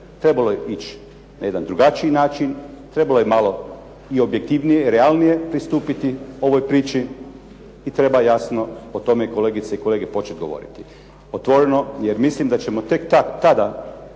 Trebalo je ići na jedan drugačiji način, trebalo je i malo objektivnije, realnije pristupiti ovoj priči i treba jasno o tome, kolegice i kolege, početi govoriti otvoreno jer mislim da ćemo tek tada